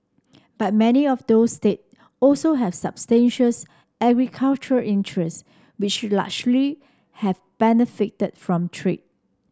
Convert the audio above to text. but many of those state also have substantial agricultural interest which largely have benefited from trade